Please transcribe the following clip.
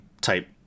type